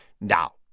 Now